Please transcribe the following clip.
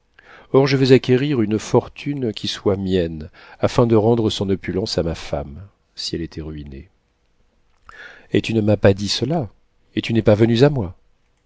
or je veux acquérir une fortune qui soit mienne afin de rendre son opulence à ma femme si elle était ruinée et tu ne m'as pas dit cela et n'es pas venu à moi